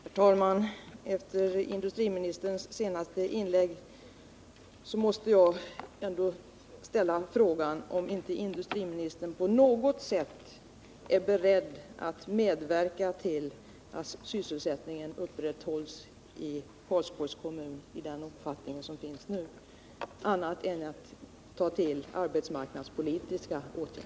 Herr talman! Efter industriministerns senaste inlägg måste jag ändå ställa frågan om inte industriministern på något annat sätt än genom arbetsmarknadspolitiska åtgärder är beredd att medverka till att sysselsättningen i Karlsborgs kommun upprätthålls i den omfattning den nu har.